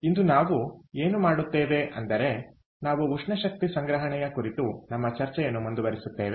ಇಂದು ನಾವು ಏನು ಮಾಡುತ್ತೇವೆ ಅಂದರೆ ನಾವು ಉಷ್ಣ ಶಕ್ತಿ ಸಂಗ್ರಹಣೆಯ ಕುರಿತು ನಮ್ಮ ಚರ್ಚೆಯನ್ನು ಮುಂದುವರಿಸುತ್ತೇವೆ